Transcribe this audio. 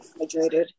hydrated